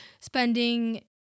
spending